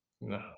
No